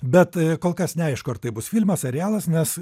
bet kol kas neaišku ar tai bus filmas ar serialas nes